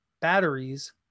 batteries